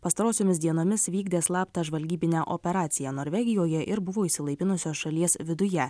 pastarosiomis dienomis vykdė slaptą žvalgybinę operaciją norvegijoje ir buvo išsilaipinusios šalies viduje